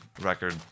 Record